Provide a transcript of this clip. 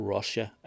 Russia